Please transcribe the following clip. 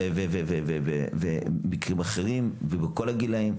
או מקרים אחרים, ובכל הגילאים.